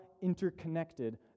interconnected